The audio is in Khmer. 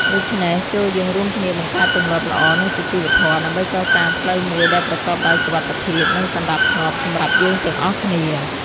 ដូច្នេះ ចូរយើងរួមគ្នាបង្កើតទម្លាប់ល្អនិងសុជីវធម៌ ដើម្បីកសាងផ្លូវមួយដែលប្រកបដោយសុវត្ថិភាពនិងសណ្តាប់ធ្នាប់សម្រាប់យើងទាំងអស់គ្នា។